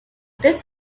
this